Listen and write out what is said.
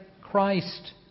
Christ